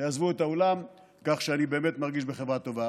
עזבו את האולם, כך שאני באמת מרגיש בחברה טובה.